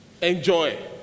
enjoy